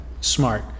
smart